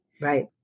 Right